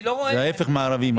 זה ההפך מערבים.